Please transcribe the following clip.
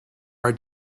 our